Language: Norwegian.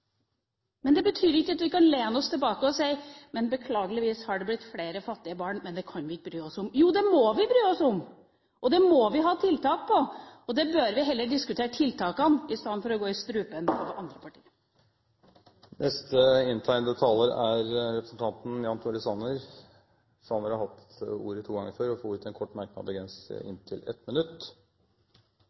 men det kan vi ikke bry oss om. Jo, det må vi bry oss om, og det må vi ha tiltak på. Vi bør heller diskutere tiltakene enn å gå i strupen på andre partier. Representanten Jan Tore Sanner har hatt ordet to ganger før og får ordet til en kort merknad, begrenset til 1 minutt.